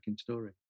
story